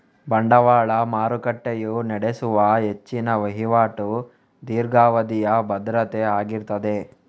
ಬಂಡವಾಳ ಮಾರುಕಟ್ಟೆಯು ನಡೆಸುವ ಹೆಚ್ಚಿನ ವೈವಾಟು ದೀರ್ಘಾವಧಿಯ ಭದ್ರತೆ ಆಗಿರ್ತದೆ